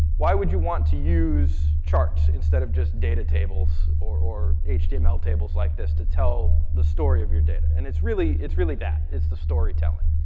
why would you want to use charts instead of just data tables or or html tables like this to tell the story of your data? and it's really it's really that. it's the storytelling.